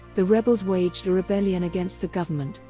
the rebels waged a rebellion against the government,